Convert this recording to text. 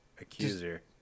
accuser